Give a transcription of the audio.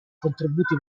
contributi